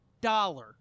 dollar